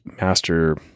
master